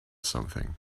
something